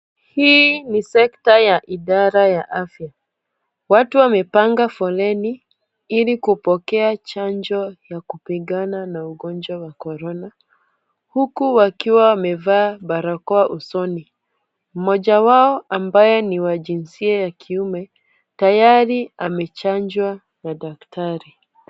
Hii ni sekta ya idara ya afya. Watu wamepanga foleni ili kupokea chanjo ya kupigana na ugonjwa wa Corona huku wakiwa wamevaa barakoa usoni. Mmoja wao ambaye ni wa jinsia ya kiume tayari amechanjwa na daktari.